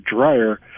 drier